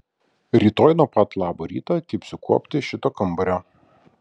rytoj nuo pat labo ryto kibsiu kuopti šito kambario